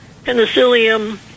Penicillium